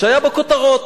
שהיה בכותרות,